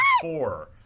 four